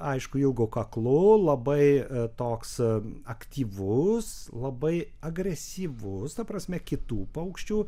aišku ilgu kaklu labai toks aktyvus labai agresyvus ta prasme kitų paukščių